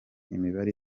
imibare